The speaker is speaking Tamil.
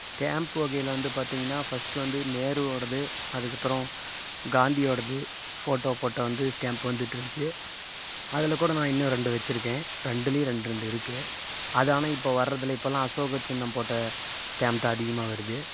ஸ்டாம்ப்பு வகையில் வந்து பார்த்திங்கன்னா ஃபஸ்ட்டு வந்து நேருவோடது அதுக்கப்புறம் காந்தியோடது ஃபோட்டோ போட்ட வந்து ஸ்டாம்ப் வந்துகிட்ருந்துச்சு அதில் கூட நான் இன்னும் ரெண்டு வச்சிருக்கேன் ரெண்டுலேயும் ரெண்டு ரெண்டு இருக்குது அது ஆனால் இப்போ வர்றதில்லை இப்போலாம் அசோக சின்னம் போட்ட ஸ்டாம்ப் தான் அதிகமாக வருது